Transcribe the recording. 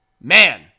man